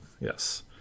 yes